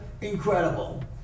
incredible